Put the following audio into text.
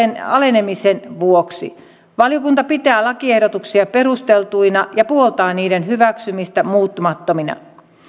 alenemisen vuoksi valiokunta pitää lakiehdotuksia perusteltuina ja puoltaa niiden hyväksymistä muuttamattomina